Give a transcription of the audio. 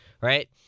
right